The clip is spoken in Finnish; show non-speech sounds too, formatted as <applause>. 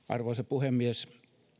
<unintelligible> arvoisa puhemies